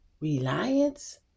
reliance